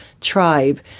tribe